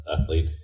athlete